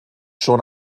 schon